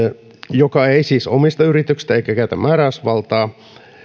joka ei siis omista osuutta yrityksestä eikä käytä määräysvaltaa